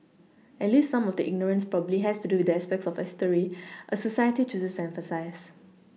at least some of the ignorance probably has to do with the aspects of history a society chooses to emphasise